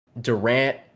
Durant